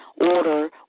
order